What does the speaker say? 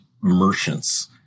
merchants